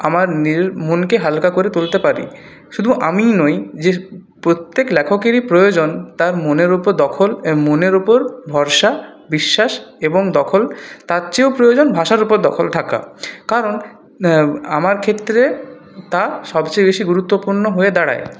আমার নিজের মনকে হালকা করে তুলতে পারি শুধু আমিই নই যে প্রত্যেক লেখকেরই প্রয়োজন তার মনের ওপর দখল এবং মনের ওপর ভরসা বিশ্বাস এবং দখল তার চেয়েও প্রয়োজন ভাষার ওপর দখল থাকা কারন আমার ক্ষেত্রে তা সবচেয়ে বেশি গুরুত্বপূর্ণ হয়ে দাড়ায়